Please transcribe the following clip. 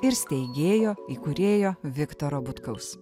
ir steigėjo įkūrėjo viktoro butkaus